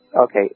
Okay